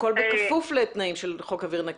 הכול בכפוף לתנאי חוק אוויר נקי.